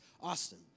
Austin